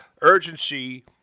urgency